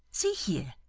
see here!